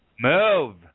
Move